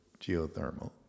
geothermal